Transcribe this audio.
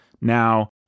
now